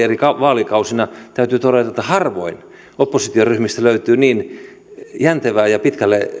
eri vaalikausina olleena täytyy todeta että harvoin oppositioryhmistä löytyy niin jäntevää ja pitkälle